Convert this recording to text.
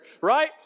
right